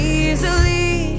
easily